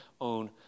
own